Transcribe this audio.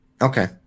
Okay